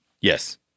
Yes